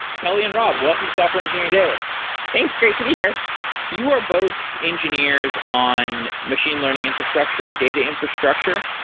kelly and rob, welcome to software engineering daily thanks. great to be here you are both engineers on machine learning infrastructure, data infrastructure.